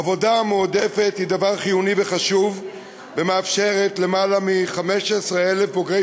עבודה מועדפת היא דבר חיוני וחשוב והיא מאפשרת ליותר מ-15,000 בוגרי